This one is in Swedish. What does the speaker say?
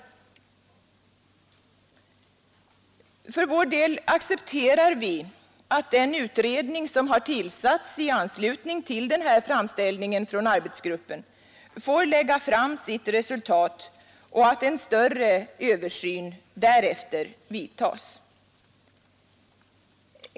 För vår del accepterar vi att den utredning som tillsatts i anslutning till denna framställning från arbetsgruppen får lägga fram sitt resultat och att en större översyn därefter vidtas.